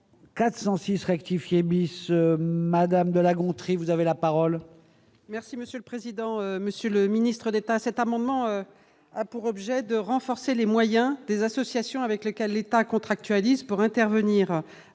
406 rectifier bis madame de La Gontrie, vous avez la parole. Merci monsieur le président, Monsieur le Ministre d'État, cet amendement a pour objet de renforcer les moyens des associations avec lesquelles l'État contractualisé pour intervenir